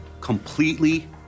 completely